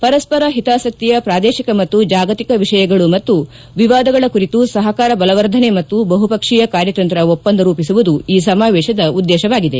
ಪರಸ್ಪರ ಹಿತಾಸಕ್ತಿಯ ಪ್ರಾದೇಶಿಕ ಮತ್ತು ಜಾಗತಿಕ ವಿಷಯಗಳು ಮತ್ತು ವಿವಾದಗಳ ಕುರಿತು ಸಹಕಾರ ಬಲವರ್ಧನೆ ಮತ್ತು ಬಹುಪಕ್ಷೀಯ ಕಾರ್ಯತಂತ್ರ ಒಪ್ಪಂದ ರೂಪಿಸುವುದು ಈ ಸಮಾವೇಶದ ಉದ್ವೇಶವಾಗಿದೆ